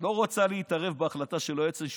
לא רוצה להתערב בהחלטה של היועץ המשפטי,